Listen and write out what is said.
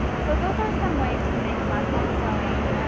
so those are some ways to make muslin sewing